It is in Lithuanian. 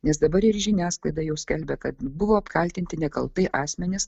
nes dabar ir žiniasklaida jau skelbia kad buvo apkaltinti nekaltai asmenys